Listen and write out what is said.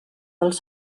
dels